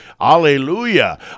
hallelujah